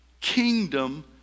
kingdom